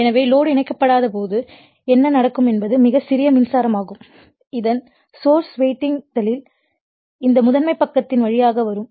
எனவே லோடு இணைக்கப்படாத போது என்ன நடக்கும் என்பது மிகச் சிறிய மின்சாரம் ஆகும் இதன் சோர்ஸ் வைண்டிங் தலின் இந்த முதன்மை பக்கத்தின் வழியாக வரும்